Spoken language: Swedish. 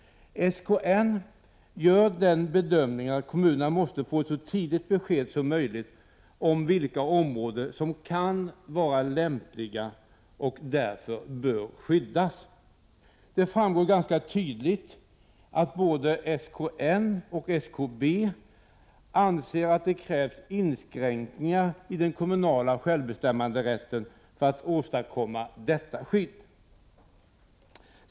SKN gör den bedömningen att kommunerna måste få ett så tidigt besked som möjligt om vilka områden som kan vara lämpliga och därför bör skyddas. Det framgår ganska tydligt att både SKN och SKB anser att det krävs inskränkningar i den kommunala självbestämmanderätten för att man skall kunna åstadkomma detta skydd.